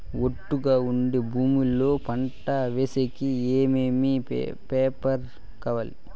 ఒట్టుగా ఉండే భూమి లో పంట వేసేకి ఏమేమి పేపర్లు కావాలి?